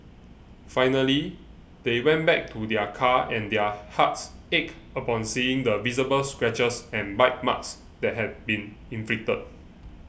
finally they went back to their car and their hearts ached upon seeing the visible scratches and bite marks that had been inflicted